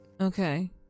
Okay